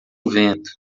vento